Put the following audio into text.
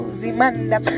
zimanda